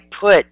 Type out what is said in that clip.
put